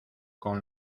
con